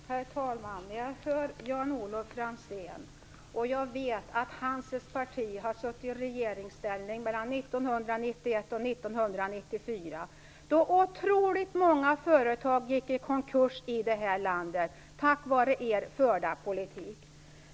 Herr talman! När jag hör Jan-Olof Franzén tänker jag på att hans parti har suttit i regeringsställning mellan 1991 och 1994, då otroligt många företag gick i konkurs i det här landet tack vare er förda politik.